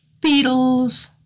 Beatles